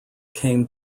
came